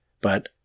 but-